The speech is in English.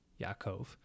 Yaakov